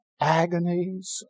agonies